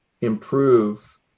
improve